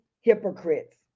hypocrites